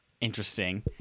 interesting